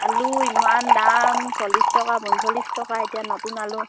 আলু ইমান দাম চল্লিছ টকা পঞ্চল্লিছ টকা এতিয়া নতুন আলু